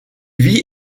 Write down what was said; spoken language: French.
vit